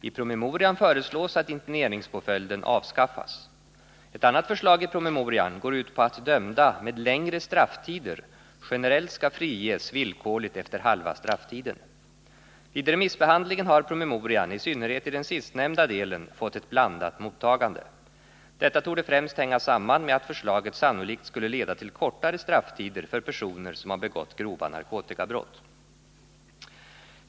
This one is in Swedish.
I promemorian föreslås att interneringspåföljden avskaffas. Ett annat förslag i promemorian går ut på att dömda med längre strafftider generellt skall friges villkorligt efter halva strafftiden. Vid remissbehandlingen har promemorian i synnerhet iden sistnämnda delen fått ett blandat mottagande. Detta torde främst hänga samman med att förslaget sannolikt skulle leda till kortare strafftider för personer som har begått grova narkotikabrott.